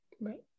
right